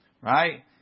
Right